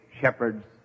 shepherds